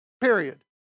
period